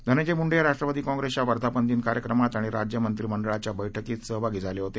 धनंजय मुंडे हे राष्ट्रवादी काँप्रेसच्या वर्धापन दिन कार्यक्रमात आणि राज्य मंत्रिमंडळाच्या बैठकीत सहभागी झाले होते